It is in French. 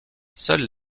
seule